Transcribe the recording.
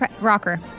Rocker